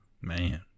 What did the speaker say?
man